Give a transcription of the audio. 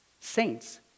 Saints